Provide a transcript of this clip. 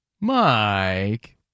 Mike